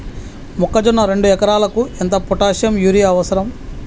మొక్కజొన్న రెండు ఎకరాలకు ఎంత పొటాషియం యూరియా అవసరం?